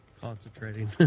Concentrating